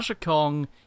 Kong